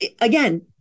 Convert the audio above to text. again